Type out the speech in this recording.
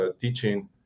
teaching